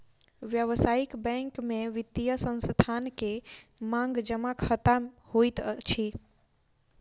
व्यावसायिक बैंक में वित्तीय संस्थान के मांग जमा खता होइत अछि